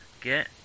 get